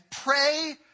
pray